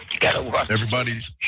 Everybody's